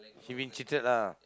he mean cheated lah